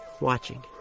watching